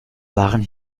waren